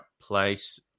place